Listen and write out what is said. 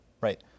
right